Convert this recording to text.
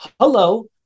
hello